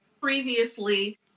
previously